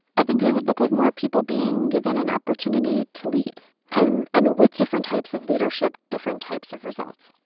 i think it would look like more people being given an opportunity to lead and and with different types of leadership, different types of results.